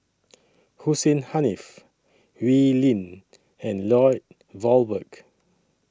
Hussein Haniff Wee Lin and Lloyd Valberg